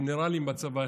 גנרלים בצבא,